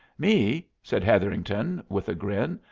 me? said hetherington with a grin,